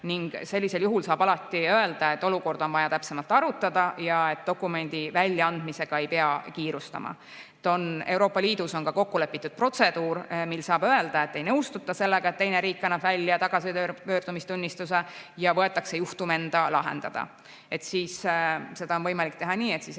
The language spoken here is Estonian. ning sellisel juhul saab alati öelda, et olukorda on vaja täpsemalt arutada ja dokumendi väljaandmisega ei pea kiirustama. Euroopa Liidus on ka kokku lepitud protseduur, mil saab öelda, et ei nõustuta sellega, et teine riik annab välja tagasipöördumistunnistuse, ja võetakse juhtum enda lahendada. Siis on võimalik teha nii, et ei